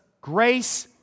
grace